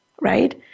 right